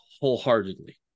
wholeheartedly